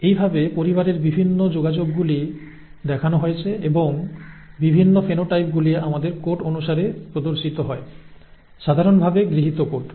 এইভাবে পরিবারের বিভিন্ন যোগাযোগগুলি দেখানো হয়েছে এবং বিভিন্ন ফেনোটাইপগুলি আমাদের কোড অনুসারে প্রদর্শিত হয় সাধারণভাবে গৃহীত কোড